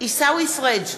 עיסאווי פריג'